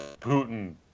Putin